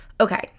Okay